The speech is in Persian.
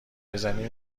بزنی